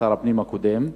שר הפנים הקודם,